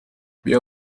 بیا